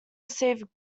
received